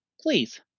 please